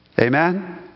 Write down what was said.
amen